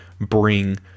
bring